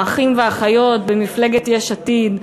האחים והאחיות במפלגת יש עתיד,